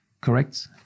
Correct